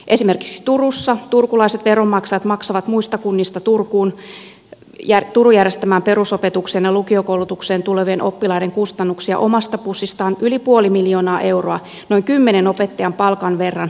esimerkiksi turussa turkulaiset veronmaksajat maksavat muista kunnista turun järjestämään perusopetukseen ja lukiokoulutukseen tulevien oppilaiden kustannuksia omasta pussistaan yli puoli miljoonaa euroa noin kymmenen opettajan palkan verran